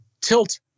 Tilt